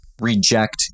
reject